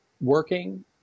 working